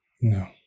No